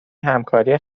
همکاری